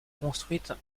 construite